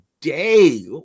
day